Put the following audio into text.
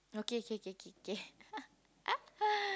okay okay okay okay okay